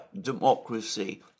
democracy